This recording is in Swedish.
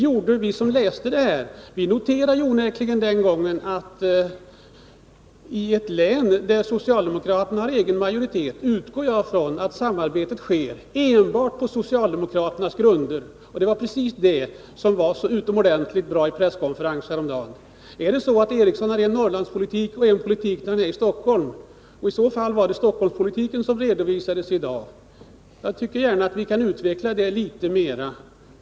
Jag utgår ifrån att i ett län där socialdemokraterna har egen majoritet sker samarbetet helt på socialdemokratisk grund. Det var precis det som var så utomordentligt bra på presskonferensen häromdagen. Har herr Eriksson en Norrlandspolitik och en politik i Stockholm? I så fall var det Stockholmspolitiken som redovisades i dag. Jag tycker att det här bör utvecklas litet mera.